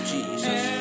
Jesus